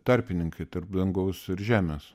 tarpininkai tarp dangaus ir žemės